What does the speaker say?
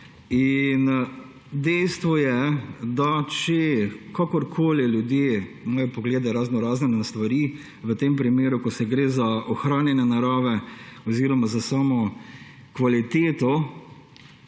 Dejstvo je, da če kakorkoli ljudje pogledajo raznorazne stvari – v tem primeru, ko gre za ohranjanje narave oziroma za samo kvaliteto